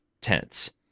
tense